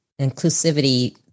inclusivity